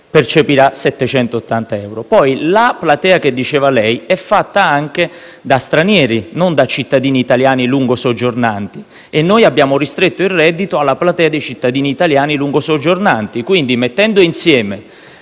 percepirà 780 euro. Poi, la platea di cui parla lei è fatta anche di stranieri e non di cittadini italiani lungosoggiornanti e noi abbiamo ristretto il reddito alla platea dei cittadini italiani lungosoggiornanti Quindi, mettendo insieme